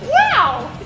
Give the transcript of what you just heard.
wow.